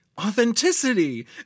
authenticity